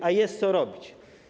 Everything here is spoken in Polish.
A jest co robić.